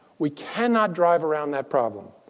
we cannot drive around that problem.